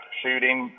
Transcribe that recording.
shooting